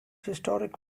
historic